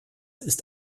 ist